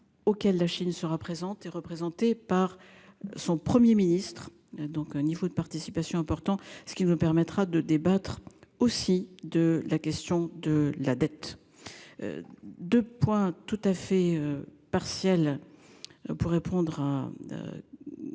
Auquel la Chine sera présente est représenté par son Premier ministre, donc un niveau de participation important ce qui nous permettra de débattre aussi de la question de la dette. De points tout à fait partiel. Pourrait prendra.